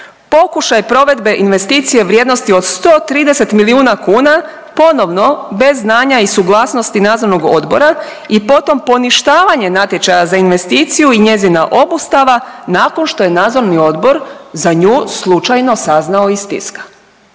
Pokušaj provedbe investicije vrijednosti od 130 milijuna kuna ponovno bez znanja i suglasnosti nadzornog odbora i potom poništavanje natječaja za investiciju i njezina obustava nakon što je nadzorni odbor za nju slučajno saznao iz tiska,